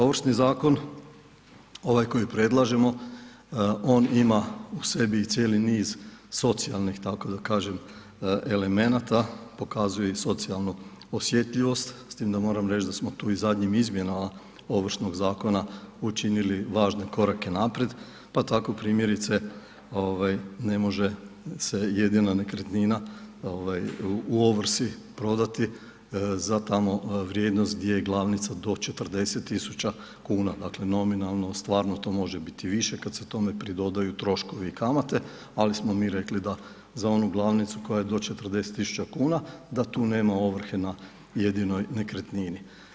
Ovršni zakon ovaj oko predlažemo on ima u sebi i cijeli niz socijalnih tako da kažem elemenata, pokazuje i socijalnu osjetljivost, s tim da moram reći da smo tu i zadnjim izmjenama Ovršnog zakona učinili važne korake naprijed, pa tako primjerice ovaj ne može se jedina nekretnina ovaj u ovrsi prodati za tamo vrijednost gdje je glavnica do 40.000 kuna, dakle nominalno stvarno to može biti više kad se tome pridodaju troškovi i kamate, ali smo mi rekli da za onu glavnicu koja je do 40.000 kuna da tu nema ovrhe na jedinoj nekretnini.